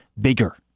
bigger